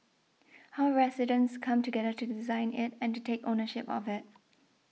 how residents come together to design it and to take ownership of it